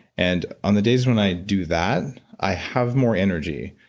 and on the days when i do that i have more energy.